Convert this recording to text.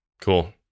Cool